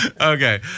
Okay